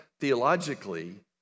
Theologically